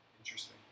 Interesting